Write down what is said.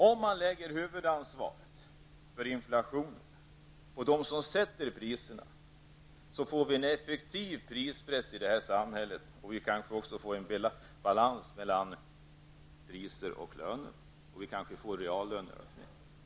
Om man lägger huvudansvaret för inflationen på dem som sätter priserna får vi en effektiv prispress i samhället. Vi kanske också får en balans mellan priser och löner samt reallöneökningar.